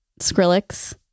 Skrillex